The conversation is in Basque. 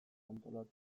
antolatu